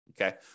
Okay